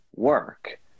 work